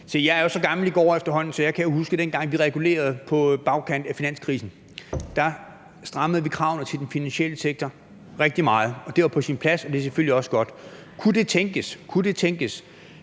jeg er jo så gammel i gårde efterhånden, at jeg kan huske, dengang vi regulerede på bagkant af finanskrisen. Der strammede vi kravene til den finansielle sektor rigtig meget. Og det var på sin plads, og det er selvfølgelig også godt. Kunne det tænkes,